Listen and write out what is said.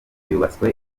yubatswe